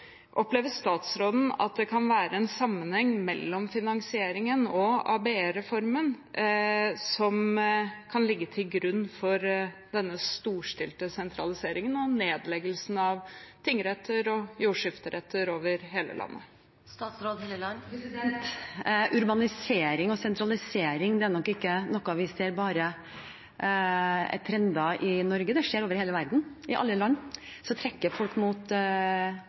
Opplever statsråden at det kan være en sammenheng mellom finansieringen og ABE-reformen som kan ligge til grunn for denne storstilte sentraliseringen og nedleggelsen av tingretter og jordskifteretter over hele landet? Urbanisering og sentralisering er nok ikke noe vi ser som en trend bare i Norge; det skjer over hele verden. I alle land trekker folk mot